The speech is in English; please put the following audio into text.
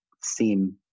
seem